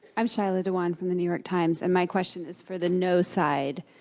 i'm shaila dewan from the new york times and my question is for the no side.